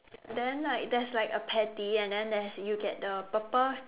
then like there's like a patty and then there's you get the purple